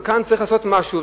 וכאן צריך לעשות משהו.